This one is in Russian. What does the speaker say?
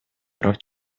прав